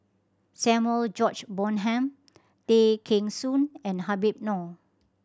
Samuel George Bonham Tay Kheng Soon and Habib Noh